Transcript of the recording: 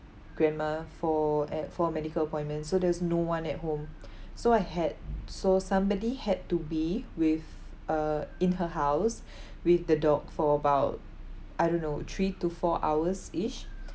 grandma for eh for medical appointment so there was no one at home so I had so somebody had to be with uh in her house with the dog for about I don't know three to four hours ish